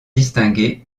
distingué